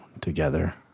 together